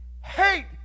Hate